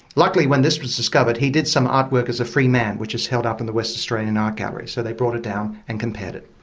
luckily when this was discovered he did some art work as a free man which is held up in the western australian art gallery, so they brought it down and compared it.